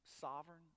sovereign